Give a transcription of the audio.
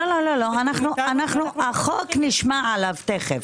לא, תכף נשמע על החוק.